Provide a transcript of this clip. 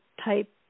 type